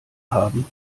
haben